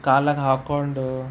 ಕಾಲಾಗ ಹಾಕ್ಕೊಂಡು